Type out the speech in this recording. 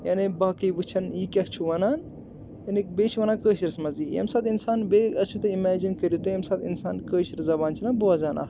یعنی باقی وٕچھَن یہِ کیاہ چھُ وَنان یعنی بییہِ چھِ وَنان کٲشرِس منٛزٕے ییٚمہِ سات انسان بییہِ ٲسِو تُہُۍ اِمیجِن کٕرِو تُہُۍ ییٚمہ سات اِنسان کٲشِر زَبان چھِنہ بوٚزان اَکھ